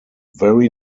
very